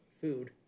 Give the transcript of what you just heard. food